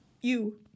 you-